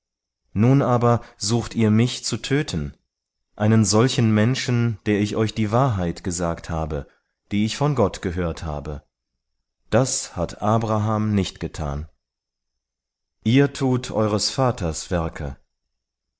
nun aber sucht ihr mich zu töten einen solchen menschen der ich euch die wahrheit gesagt habe die ich von gott gehört habe das hat abraham nicht getan ihr tut eures vaters werke